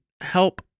help